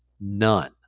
none